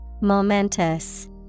Momentous